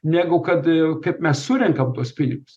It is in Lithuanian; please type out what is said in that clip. negu kad kaip mes surenkam tuos pinigus